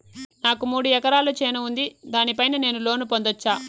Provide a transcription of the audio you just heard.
నాకు మూడు ఎకరాలు చేను ఉంది, దాని పైన నేను లోను పొందొచ్చా?